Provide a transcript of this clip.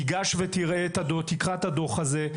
תיגש ותקרא את הדוח הזה.